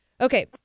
Okay